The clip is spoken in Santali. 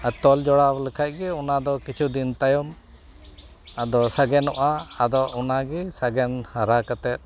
ᱟᱨ ᱛᱚᱞ ᱡᱚᱲᱟᱣ ᱞᱮᱠᱷᱟᱱ ᱜᱮ ᱚᱱᱟᱫᱚ ᱠᱤᱪᱷᱩ ᱫᱤᱱ ᱛᱟᱭᱚᱢ ᱟᱫᱚ ᱥᱟᱜᱮᱱᱚᱜᱼᱟ ᱟᱫᱚ ᱚᱱᱟᱜᱮ ᱥᱟᱜᱮᱱ ᱦᱟᱨᱟ ᱠᱟᱛᱮᱫ